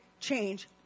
change